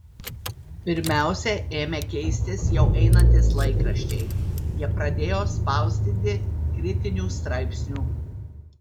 pirmiausia ėmė keistis jau einantys laikraščiai jie pradėjo spausdinti kritinių straipsnių